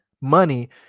money